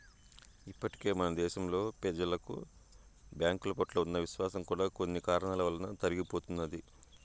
ఇప్పటికే మన దేశంలో ప్రెజలకి బ్యాంకుల పట్ల ఉన్న విశ్వాసం కూడా కొన్ని కారణాల వలన తరిగిపోతున్నది